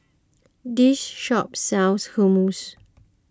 this shop sells Hummus